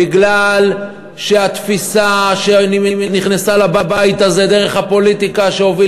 בגלל שהתפיסה שנכנסה לבית הזה דרך הפוליטיקה שהוביל